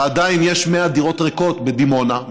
ועדיין יש 100 דירות ריקות בדימונה,